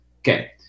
Okay